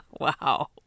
Wow